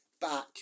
back